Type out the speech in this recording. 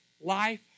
life